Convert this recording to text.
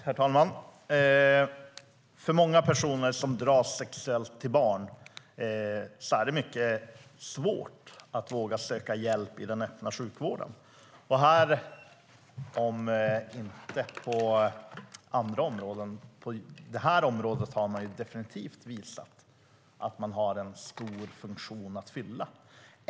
Herr talman! För många personer som dras sexuellt till barn är det mycket svårt att våga söka hjälp i den öppna sjukvården. Om inte på andra områden har Preventell på det här området definitivt visat att man har en viktig funktion att fylla.